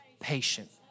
patient